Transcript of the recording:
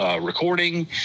recording